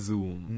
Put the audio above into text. Zoom